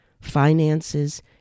finances